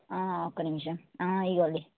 ఒక నిమిషం ఇదిగో ఇది